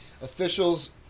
officials